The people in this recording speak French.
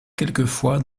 quelquefois